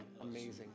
amazing